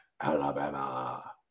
Alabama